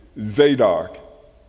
Zadok